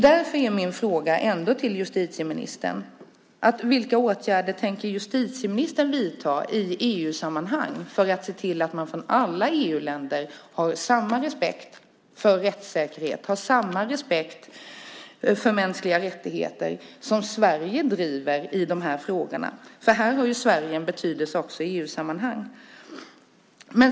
Därför är min fråga ändå till justitieministern: Vilka åtgärder tänker justitieministern vidta i EU-sammanhang för att se till att man från alla EU-länder har samma respekt för rättssäkerhet, har samma respekt för mänskliga rättigheter som Sverige som driver i de här frågorna? Där har Sverige en betydelse i EU-sammanhang.